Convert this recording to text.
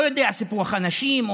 לא יודע סיפוח אנשים,